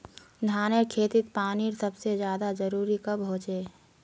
धानेर खेतीत पानीर सबसे ज्यादा जरुरी कब होचे?